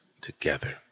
together